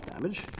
damage